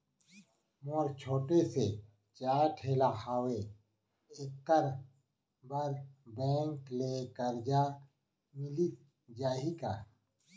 मोर छोटे से चाय ठेला हावे एखर बर बैंक ले करजा मिलिस जाही का?